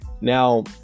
Now